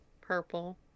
purple